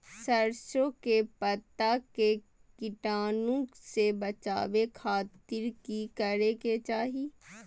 सरसों के पत्ता के कीटाणु से बचावे खातिर की करे के चाही?